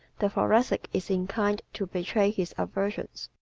the thoracic is inclined to betray his aversions.